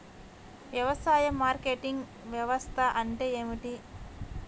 వ్యవసాయ మార్కెటింగ్ వ్యవస్థ అంటే ఏమిటి?